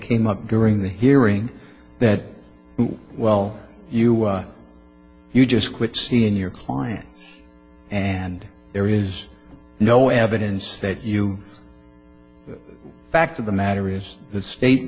came up during the hearing that well you you just quit seeing your client and there is no evidence that you fact of the matter is the state